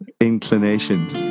inclination